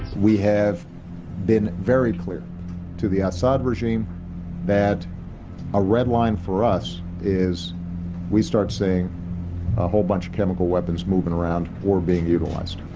we have been very clear to the assad regime that a red line for us is we start seeing a whole bunch of chemical weapons being moved and around or being utilized.